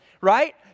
right